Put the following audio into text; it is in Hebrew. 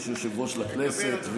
יש יושב-ראש לכנסת,